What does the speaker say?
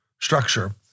structure